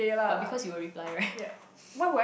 but because you will reply right